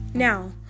Now